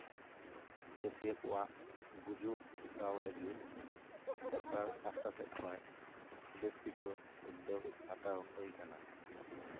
ᱪᱟᱹᱥᱭᱟᱹ ᱠᱚᱣᱟᱜ ᱜᱩᱡᱩᱜ ᱴᱷᱮᱠᱟᱣ ᱞᱟᱹᱜᱤᱫ ᱥᱚᱨᱠᱟᱨ ᱯᱟᱥᱴᱟ ᱥᱮᱡ ᱠᱷᱚᱡ ᱵᱮᱥ ᱠᱤᱪᱷᱩ ᱩᱫᱽᱫᱳᱜᱽ ᱦᱟᱛᱟᱣ ᱦᱩᱭ ᱠᱟᱱᱟ